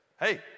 hey